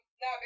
no